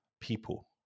people